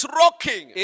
rocking